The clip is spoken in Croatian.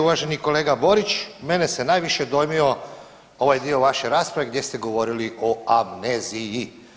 Uvaženi kolega Borić mene se najviše dojmio ovaj dio vaše rasprave gdje ste govorili o amneziji.